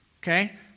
okay